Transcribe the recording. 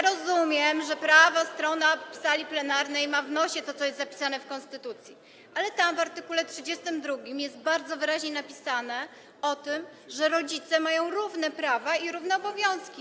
Rozumiem, że prawa strona sali plenarnej ma w nosie to, co jest zapisane w konstytucji, ale tam w art. 32 jest bardzo wyraźnie napisane o tym, że rodzice mają równe prawa i równe obowiązki.